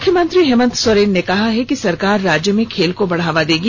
मुख्यमंत्री हेमंत सोरेन ने कहा है कि सरकार राज्य में खेल को बढ़ावा देगी